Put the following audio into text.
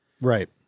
right